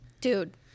Dude